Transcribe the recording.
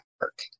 work